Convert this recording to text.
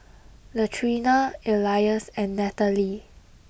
Latrina Elias and Nathaly